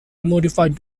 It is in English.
modified